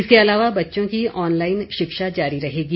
इसके अलावा बच्चों की ऑनलाईन शिक्षा जारी रहेगी